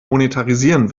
monetarisieren